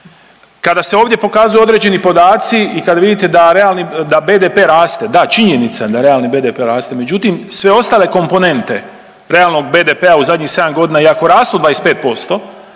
Kada se ovdje pokazuje određeni podaci i kad vidite da realni da BDP raste, da činjenica da realni BDP raste, međutim sve ostale komponente realnog BDP-a u zadnjih sedam godina i ako rastu 25%